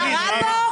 מה רע בו?